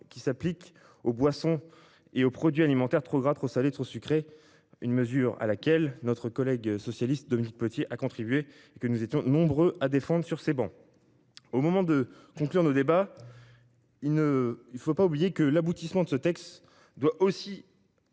qui s'appliquent aux boissons et aux produits alimentaires trop gras, trop salés, trop sucrés- une mesure à laquelle notre collègue socialiste, Dominique Potier, a contribué et que nous étions nombreux à défendre sur ces travées. À l'heure de conclure nos débats, rappelons que l'aboutissement de ce texte doit